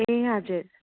ए हजुर